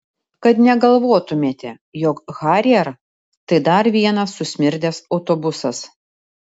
kad negalvotumėte jog harrier tai dar vienas susmirdęs autobusas